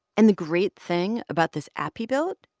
and the great thing about this app he built?